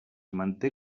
manté